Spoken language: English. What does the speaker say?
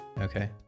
Okay